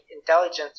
intelligence